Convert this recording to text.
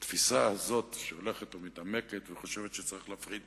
התפיסה הזאת, שהולכת ומעמיקה וחושבת שצריך להפריט